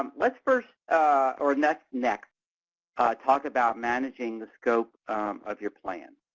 um let's first or next next talk about managing the scope of your plan.